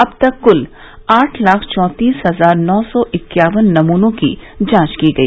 अब तक कुल आठ लाख चौंतीस हजार नौ सौ इक्यावन नमूनों की जांच की गई